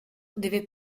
deve